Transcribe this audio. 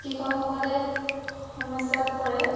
কৃষকসকলে সমস্যাত পৰে